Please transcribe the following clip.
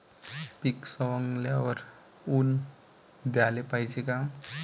पीक सवंगल्यावर ऊन द्याले पायजे का?